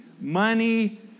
Money